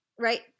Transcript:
right